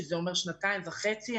שזה אומר שנתיים וחצי,